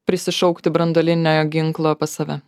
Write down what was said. prisišaukti branduolinio ginklo pas save